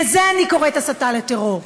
לזה אני קוראת הסתה לטרור.